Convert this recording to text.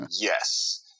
yes